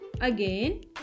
Again